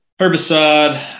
herbicide